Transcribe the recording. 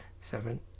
seven